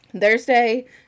Thursday